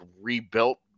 rebuilt